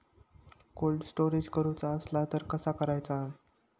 Cold storage करूचा असला तर कसा करायचा?